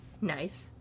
Nice